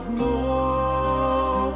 more